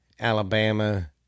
Alabama